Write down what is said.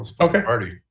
Okay